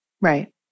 Right